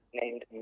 named